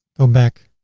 go back,